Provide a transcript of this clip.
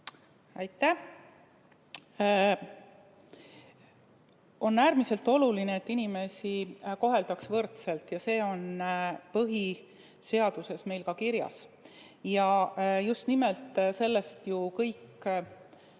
Aitäh! On äärmiselt oluline, et inimesi koheldaks võrdselt. See on põhiseaduses meil ka kirjas. Just nimelt sellest ju kõik